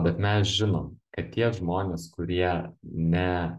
bet mes žinom kad tie žmonės kurie ne